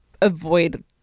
avoid